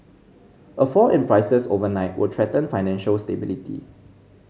a fall in prices overnight will threaten financial stability